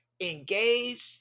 engaged